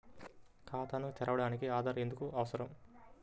ఖాతాను తెరవడానికి ఆధార్ ఎందుకు అవసరం?